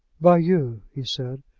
by you, he said,